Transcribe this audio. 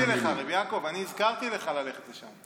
אני הזכרתי לך, רב יעקב, אני הזכרתי לך ללכת לשם.